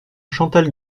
chantal